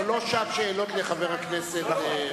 זו לא שעת שאלות לחבר הכנסת בן-סימון.